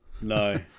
No